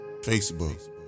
Facebook